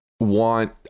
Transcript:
want